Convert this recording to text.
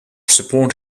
support